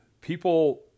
people